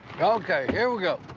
okay, here we go!